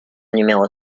numéro